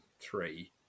three